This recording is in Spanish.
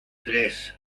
tres